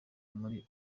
muri